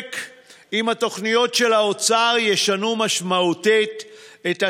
ספק אם התוכניות של האוצר ישנו משמעותית את התמונה,